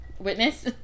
witness